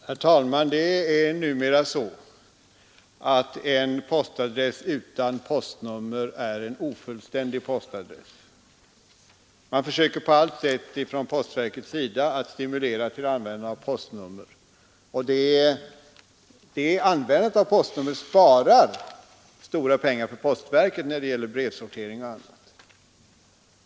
Herr talman! Det är numera så att en postadress utan postnummer är en ofullständig postadress. Postverket försöker på allt sätt stimulera till användandet av postnummer, och användandet av postnummer sparar stora pengar för postverket när det gäller brevsortering och annat.